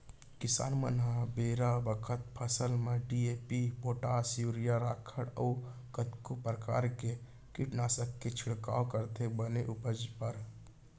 किसान मन ह बेरा बखत फसल म डी.ए.पी, पोटास, यूरिया, राखड़ अउ कतको परकार के कीटनासक के छिड़काव करथे बने उपज बर